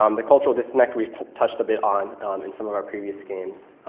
um the cultural disconnect we touched a bit on in some of our previous games,